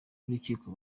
y’urukiko